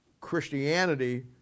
Christianity